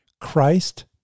Christ